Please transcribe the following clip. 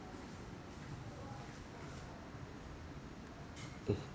uh